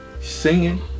singing